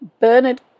Bernard